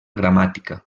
gramàtica